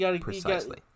Precisely